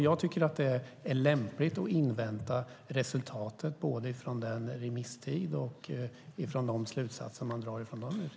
Jag tycker att det är lämpligt att invänta resultatet både från den remisstiden och från de slutsatser man drar av de utredningarna.